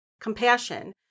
compassion